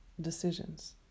decisions